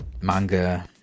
manga